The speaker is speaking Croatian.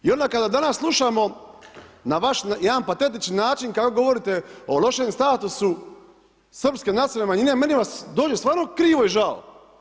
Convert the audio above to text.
I onda kada danas slušamo na vaš jedan patetični način kako govorite o lošem statusu srpske nacionalne manjine, meni vas dođe stvarno krivo i žao.